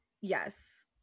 Yes